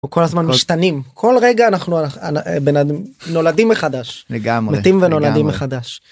אנחנו כל הזמן משתנים כל רגע אנחנו נולדים מחדש לגמרי מתים ונולדים מחדש.